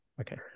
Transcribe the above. Okay